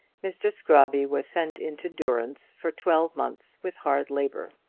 mr. scrobby was sent into durance for twelve months with hard labour,